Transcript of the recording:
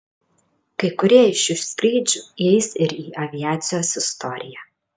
kai kurie iš šių skrydžių įeis ir į aviacijos istoriją